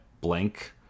blank